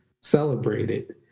celebrated